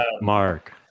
Mark